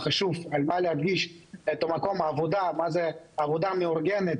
חשוב להדגיש במקום העבודה מה זה עבודה מאורגנת,